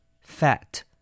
Fat